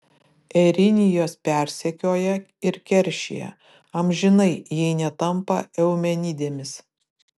erinijos persekioja ir keršija amžinai jei netampa eumenidėmis